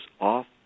off